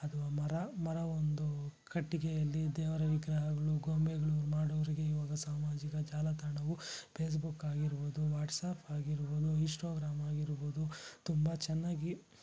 ಅಥ್ವಾ ಮರ ಮರವೊಂದು ಕಟ್ಟಿಗೆಯಲ್ಲಿ ದೇವರ ವಿಗ್ರಹಗಳು ಗೊಂಬೆಗಳು ಮಾಡುವರಿಗೆ ಇವಾಗ ಸಾಮಾಜಿಕ ಜಾಲತಾಣವು ಪೇಸ್ಬುಕ್ ಆಗಿರ್ಬೋದು ವಾಟ್ಸಾಪ್ ಆಗಿರ್ಬೋದು ಈಷ್ಟಗ್ರಾಮ್ ಆಗಿರ್ಬೋದು ತುಂಬ ಚೆನ್ನಾಗಿ